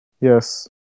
Yes